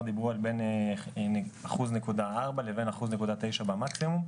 דיברו על בין 1.4% לבין 1.9% במקסימום.